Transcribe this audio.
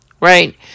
right